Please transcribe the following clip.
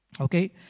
Okay